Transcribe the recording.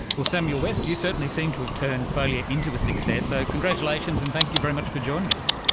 well, samuel west, you certainly seem to have turned failure into a success, so congratulations and thank you very much for joining us.